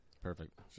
Perfect